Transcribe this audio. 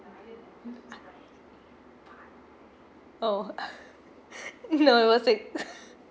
oh no it was six